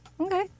okay